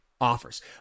offers